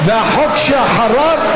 והחוק שאחריו,